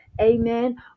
Amen